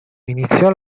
iniziò